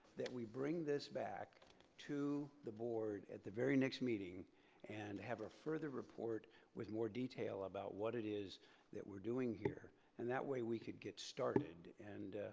that we bring this back to the board at the very next meeting and have a further report with more detail about what it is that we're doing here and that way we could get started and